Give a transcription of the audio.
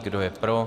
Kdo je pro?